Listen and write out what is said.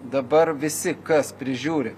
dabar visi kas prižiūri